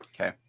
Okay